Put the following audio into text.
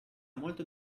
molto